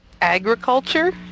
Agriculture